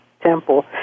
temple